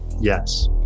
Yes